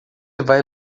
vai